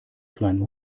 kleinen